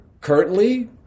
currently